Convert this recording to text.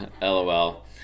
lol